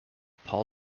paul